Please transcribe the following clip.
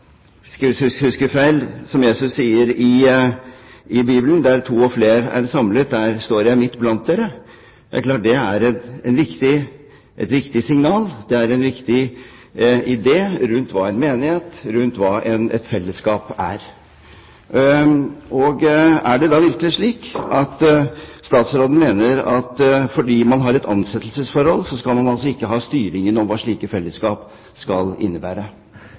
i Bibelen, hvis jeg ikke husker feil: «For hvor to eller tre er samlet i mitt navn, der er jeg midt iblant dem.» Det er klart at det er et viktig signal, en viktig idé rundt hva en menighet og hva et fellesskap er. Er det da virkelig slik at statsråden mener at fordi man har et ansettelsesforhold, skal man ikke ha styringen over hva slike fellesskap skal innebære?